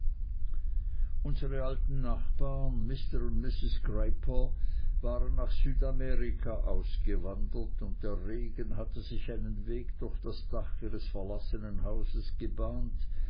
unsere alten nachbarn mr und mrs grayper waren nach südamerika ausgewandert und der regen hatte sich einen weg durch das dach ihres verlassenen hauses gebahnt